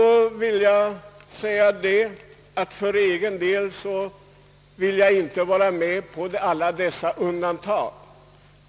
För egen del vill jag inte vara med om alla dessa undantag.